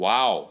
Wow